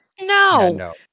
no